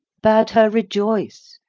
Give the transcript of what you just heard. bade her rejoice,